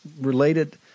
related